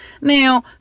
now